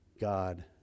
God